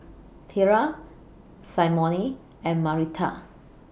Thyra Symone and Marita